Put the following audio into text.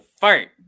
fart